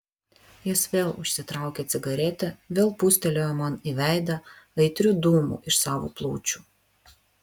jis vėl užsitraukė cigaretę vėl pūstelėjo man į veidą aitrių dūmų iš savo plaučių